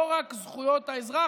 לא רק זכויות האזרח,